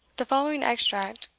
the following extract,